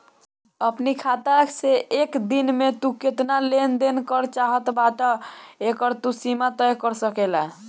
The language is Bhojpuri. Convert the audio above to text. अपनी खाता से एक दिन में तू केतना लेन देन करे चाहत बाटअ एकर तू सीमा तय कर सकेला